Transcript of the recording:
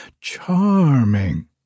Charming